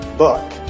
book